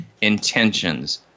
intentions